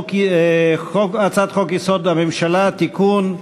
הצעת חוק-יסוד: הממשלה (תיקון):